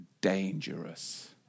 dangerous